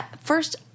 first